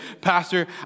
Pastor